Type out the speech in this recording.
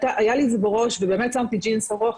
היה לי את זה בראש ובאמת שמתי ג'ינס ארוך,